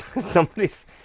somebody's